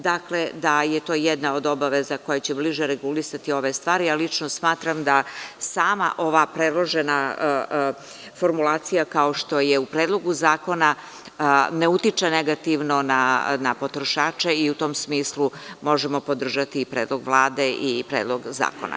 Dakle, da je to jedna od obaveza koja će bliže regulisati ove stvari, ali lično smatram da sama ova predložena formulacija kao što je u Predlogu zakona ne utiče negativno na potrošače i u tom smislu možemo podržati i Predlog Vlade i predlog zakona.